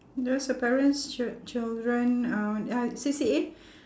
there's the parents chil~ children uh ah C_C_A